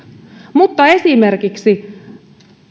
mutta esimerkiksi